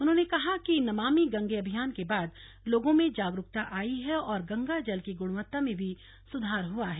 उन्होंने कहा कि नमामि गंगे अभियान के बाद लोगों में जागरूकता आयी है और गंगा जल की गुणवत्ता में भी सुधार हुआ है